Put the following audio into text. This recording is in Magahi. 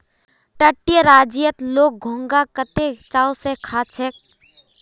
तटीय राज्यत लोग घोंघा कत्ते चाव स खा छेक